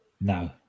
No